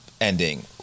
ending